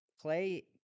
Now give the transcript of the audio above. Clay